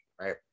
right